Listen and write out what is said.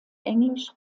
englisch